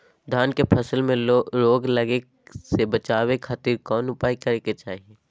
धान के फसल में रोग लगे से बचावे खातिर कौन उपाय करे के चाही?